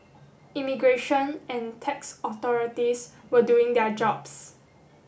immigration and tax authorities were doing their jobs